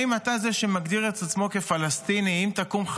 האם אתה זה שמגדיר את עצמו כפלסטיני אם תקום,